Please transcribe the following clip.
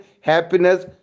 happiness